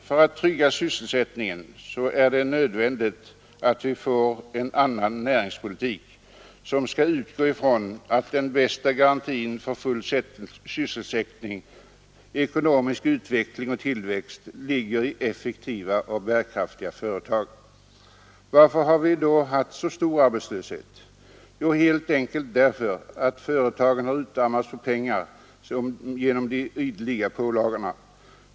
För att trygga sysselsättningen är det nödvändigt med en - Den ekonomiska ny näringspolitik, som skall utgå ifrån att den bästa garantin för full ri politiken m.m. sysselsättning, ekonomisk utveckling och tillväxt ligger i effektiva och bärkraftiga företag. Varför har vi då haft så stor arbetslöshet? Jo, helt enkelt därför att företagen har utarmats på pengar genom de ideliga pålagorna.